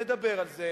שמדבר על זה